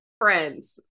friends